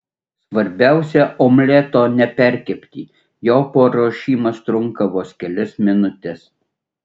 svarbiausia omleto neperkepti jo paruošimas trunka vos kelias minutes